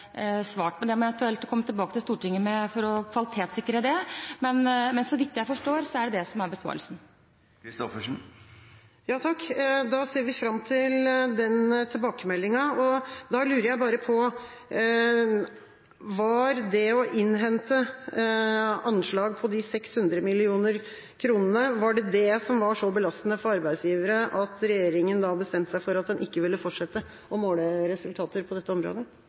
Men det må jeg kvalitetssikre og eventuelt komme tilbake til Stortinget med. Men så vidt jeg forstår, er det det som er besparelsen. Da ser vi fram til den tilbakemeldinga. Da lurer jeg bare på: Var det det å innhente anslag om de 600 mill. kr som var så belastende for arbeidsgivere at regjeringa bestemte seg for at den ikke ville fortsette å måle resultater på dette området?